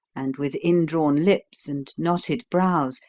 and, with indrawn lips and knotted brows,